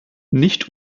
nicht